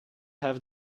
have